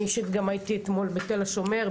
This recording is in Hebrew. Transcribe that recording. אני אישית הייתי אתמול בתל השומר,